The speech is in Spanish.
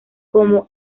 como